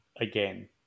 again